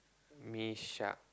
me shak